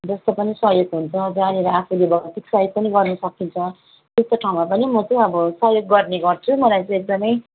जस्तो पनि सहयोग हुन्छ जहाँनिर आफूले भौतिक सहयोग पनि गर्न सकिन्छ त्यस्तो ठाउँमा पनि म चाहिँ अब सहयोग गर्ने गर्छु मलाई चाहिँ एकदमै